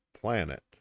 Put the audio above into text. planet